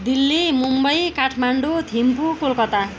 Delhi Mumbai Kathmandu Thimphu Kolkata